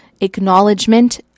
acknowledgement